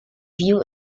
view